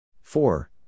Four